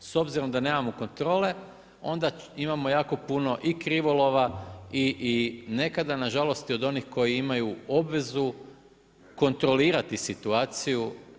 S obzirom da nemamo kontrole, onda imamo jako puno i krivolova i nekada na žalost i od onih koji imaju obvezu kontrolirati situaciju.